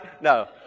No